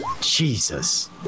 Jesus